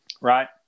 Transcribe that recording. right